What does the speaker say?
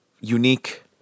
unique